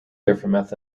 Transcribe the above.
different